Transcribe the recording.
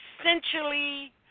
essentially